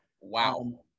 Wow